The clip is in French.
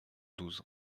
douze